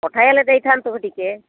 ପଠାଇ ହେଲେ ଦେଇଥାନ୍ତୁ ଟିକେ